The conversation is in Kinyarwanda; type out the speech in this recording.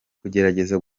kugerageza